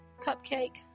cupcake